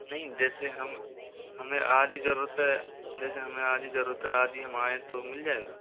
नहीं जैसे हम हमें आज ही जरूरत है जैसे हमें आज ही जरूरत है आज ही हम आए तो मिल जाएगा